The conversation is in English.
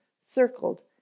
circled